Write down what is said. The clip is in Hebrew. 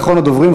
אחרון הדוברים,